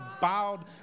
bowed